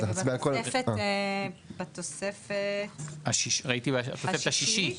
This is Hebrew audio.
בתוספת השישית,